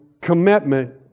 commitment